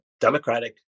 democratic